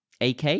AK